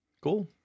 Cool